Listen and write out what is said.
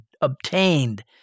obtained